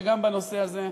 שגם בנושא הזה,